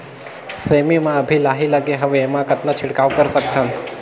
सेमी म अभी लाही लगे हवे एमा कतना छिड़काव कर सकथन?